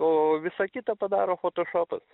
o visa kita padaro fotošopas